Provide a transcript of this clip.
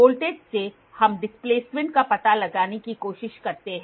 voltage से हम displacement का पता लगाने की कोशिश करते हैं